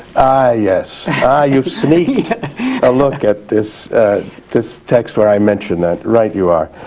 yes, ah you've sneaked a look at this this text where i mention that. right you are.